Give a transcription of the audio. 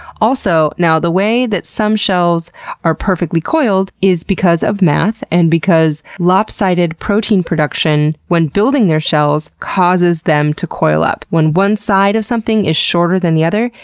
also, the way that some shells are perfectly coiled is because of math and because lopsided protein production when building their shells causes them to coil up. when one side of something is shorter than the other,